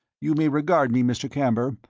you may regard me, mr. camber,